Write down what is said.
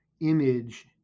image